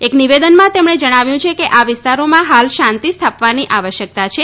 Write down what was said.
એક નિવેદનમાં તેમણે જણાવ્યું છે કે આ વિસ્તારોમાં હાલ શાંતિ સ્થાપવાની આવશ્યકતા છે